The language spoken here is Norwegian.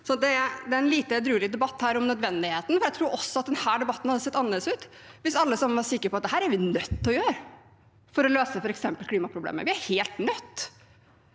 altså en lite edruelig debatt her om nødvendigheten. Jeg tror også at denne debatten ville ha sett annerledes ut hvis alle sammen var sikre på at dette er vi nødt til å gjøre for å løse f.eks. klimaproblemet – vi er helt nødt.